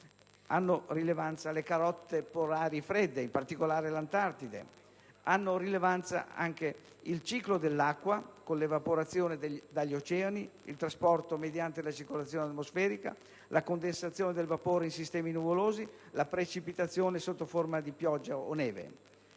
dell'eclittica, le calotte polari fredde, in particolare l'Antartide, e il ciclo dell'acqua (con l'evaporazione dagli oceani, il trasporto mediante la circolazione atmosferica, la condensazione del vapore in sistemi nuvolosi, la precipitazione sotto forma di pioggia o neve).